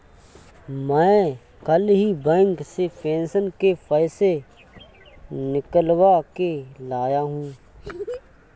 मैं कल ही बैंक से पेंशन के पैसे निकलवा के लाया हूँ